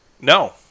No